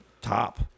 top